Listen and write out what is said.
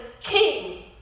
king